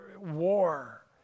war